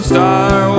Star